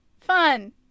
Fun